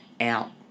out